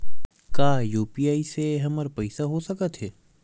का यू.पी.आई से हमर पईसा हो सकत हे?